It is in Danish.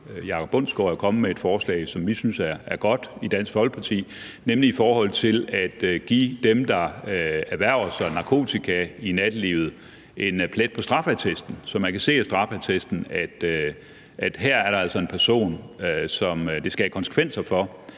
Jacob Bundsgaard, jo er kommet med et forslag, som vi i Dansk Folkeparti synes er godt, nemlig i forhold til at give dem, der erhverver sig narkotika i nattelivet, en plet på straffeattesten, så man kan se af straffeattesten, at her er der altså en person, som det skal have konsekvenser for,